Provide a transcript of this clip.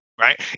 Right